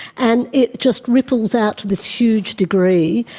and it's just ripples out to this huge degree,